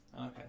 okay